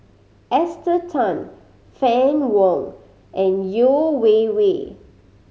Esther Tan Fann Wong and Yeo Wei Wei